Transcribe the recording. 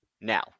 Now